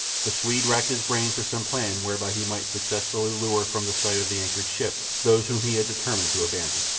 the swede racked his brain for some plan whereby he might successfully lure from the sight of the anchored ship those whom he had determined to abandon.